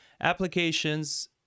applications